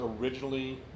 originally